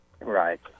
Right